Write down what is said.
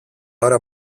ώρα